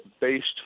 based